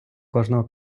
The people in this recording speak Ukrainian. кожного